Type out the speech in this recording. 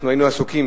אנחנו היינו עסוקים.